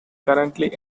currently